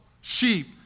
sheep